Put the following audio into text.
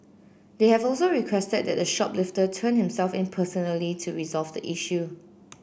they have also requested that the shoplifter turn himself in personally to resolve the issue